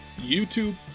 YouTube